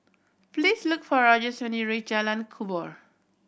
please look for Rogers when you reach Jalan Kubor